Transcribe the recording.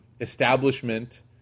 establishment